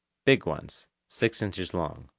big ones, six inches long.